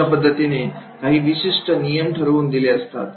अशा पद्धतीने काही विशिष्ट नियम ठरवून दिलेले असतात